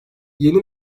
yeni